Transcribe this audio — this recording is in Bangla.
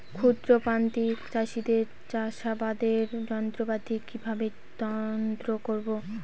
ক্ষুদ্র প্রান্তিক চাষীদের চাষাবাদের যন্ত্রপাতি কিভাবে ক্রয় করব?